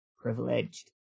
privileged